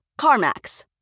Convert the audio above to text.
CarMax